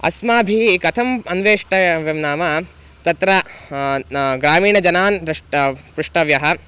अस्माभिः कथम् अन्वेष्टव्यं वयं नाम तत्र ग्रामीणजनान् द्रष्टुं प्रष्टव्यः